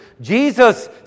Jesus